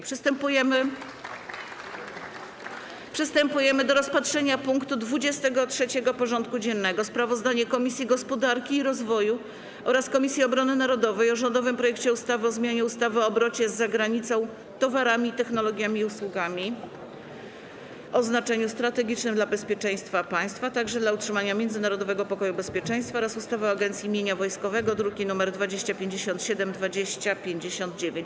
Przystępujemy do rozpatrzenia punktu 23. porządku dziennego: Sprawozdanie Komisji Gospodarki i Rozwoju oraz Komisji Obrony Narodowej o rządowym projekcie ustawy o zmianie ustawy o obrocie z zagranicą towarami, technologiami i usługami o znaczeniu strategicznym dla bezpieczeństwa państwa, a także dla utrzymania międzynarodowego pokoju i bezpieczeństwa oraz ustawy o Agencji Mienia Wojskowego (druki nr 2057 i 2059)